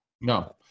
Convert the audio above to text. No